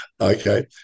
okay